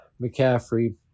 McCaffrey